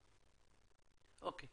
שלום לכולם.